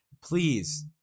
please